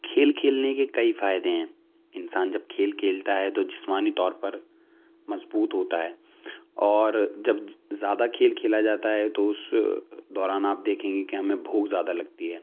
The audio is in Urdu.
کھیل کھیلنے کے کئی فائدے ہیں انسان جب کھیل کھیلتا ہے تو جسمانی طور پر مضبوط ہوتا ہے اور جب زیادہ کھیل کھیلا جاتا ہے تو اس دوران آپ دیکھیں گے کہ ہمیں بھوک زیادہ لگتی ہے